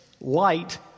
light